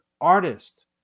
artist